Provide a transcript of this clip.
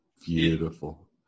beautiful